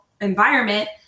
environment